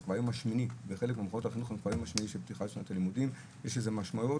זה כבר היום השמיני מפתיחת שנת הלימודים בחלק ממוסדות החינוך.